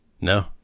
No